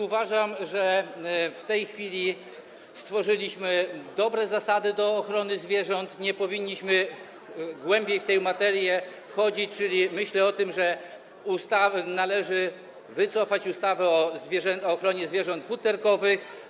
Uważam, że w tej chwili stworzyliśmy dobre zasady ochrony zwierząt i nie powinniśmy głębiej w tej materię wchodzić, czyli myślę o tym, że należy wycofać ustawę o ochronie zwierząt futerkowych.